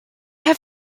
have